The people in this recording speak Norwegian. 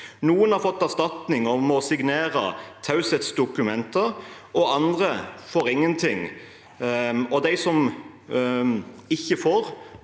Noen har fått erstatning og må signere taushetsdokumenter, andre får ingenting. De som ikke får,